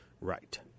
Right